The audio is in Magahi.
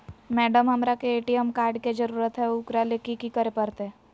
मैडम, हमरा के ए.टी.एम कार्ड के जरूरत है ऊकरा ले की की करे परते?